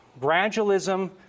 Gradualism